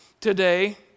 today